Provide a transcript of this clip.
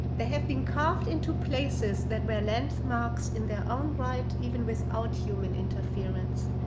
they have been carved into places that were landmarks in their own right even without human interference.